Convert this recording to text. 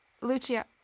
Lucia